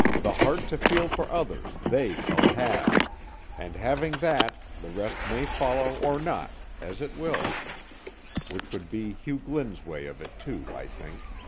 the heart to feel for others they shall have and having that, the rest may follow or not, as it will which would be hugh glynn's way of it, too, i think.